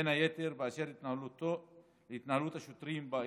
בין היתר באשר להתנהלות השוטרים באירוע.